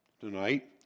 tonight